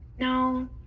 No